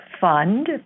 fund